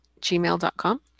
gmail.com